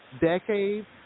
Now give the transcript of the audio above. decades